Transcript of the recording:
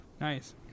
Nice